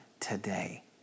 Today